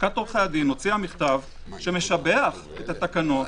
לשכת עורכי הדין הוציאה מכתב שמשבח את התקנות,